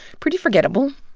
pretty forgettable.